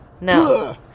No